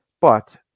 But-